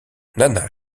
nana